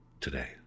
today